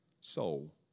soul